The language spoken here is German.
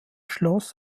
schloss